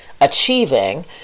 achieving